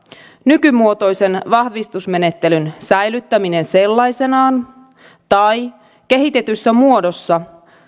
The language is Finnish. nykymuotoisen vahvistusmenettelyn säilyttäminen sellaisenaan tai kehitetyssä muodossa